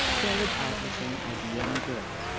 carried out the same idea in girls,